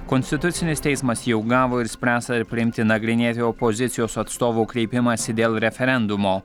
konstitucinis teismas jau gavo ir spręs ar priimti nagrinėti opozicijos atstovų kreipimąsi dėl referendumo